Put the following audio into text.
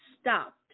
stopped